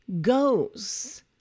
goes